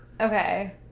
Okay